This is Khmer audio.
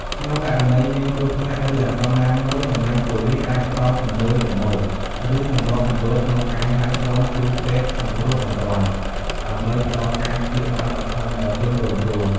ក្នុងករណីមានគ្រោះថ្នាក់ ឬអាសន្នណាមួយ កម្លាំងប៉ូលិសអាចផ្តល់ជំនួយដំបូង ឬសម្របសម្រួលក្នុងការហៅក្រុមគ្រូពេទ្យសង្គ្រោះបន្ទាន់ ដើម្បីផ្តល់ការព្យាបាលបឋមដល់ជនរងគ្រោះ។